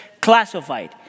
Classified